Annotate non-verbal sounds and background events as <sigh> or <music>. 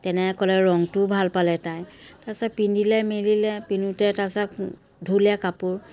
তেনেকৈ ক'লে ৰংটোও ভাল পালে তাই তাৰ পিছত পিন্ধিলে মেলিলে পিন্ধোতে তাৰ পিছত <unintelligible> ধুলে কাপোৰ